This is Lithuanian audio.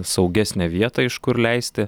saugesnę vietą iš kur leisti